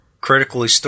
critically